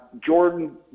Jordan